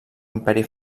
imperi